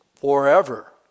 forever